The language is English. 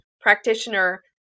practitioner